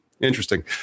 interesting